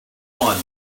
one